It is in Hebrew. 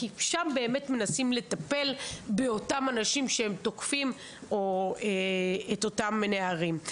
כי שם באמת מנסים לטפל באותם אנשים שהם תוקפים את אותם נערים.